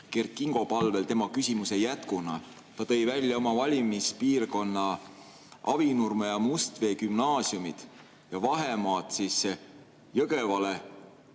Kert Kingo palvel tema küsimuse jätkuna. Ta tõi välja oma valimispiirkonna Avinurme ja Mustvee gümnaasiumi ja vahemaad Jõgevale